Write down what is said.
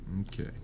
okay